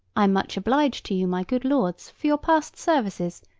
i am much obliged to you, my good lords, for your past services,